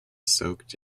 soaked